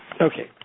Okay